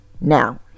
now